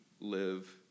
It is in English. live